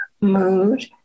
mood